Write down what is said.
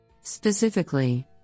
Specifically